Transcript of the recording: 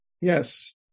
Yes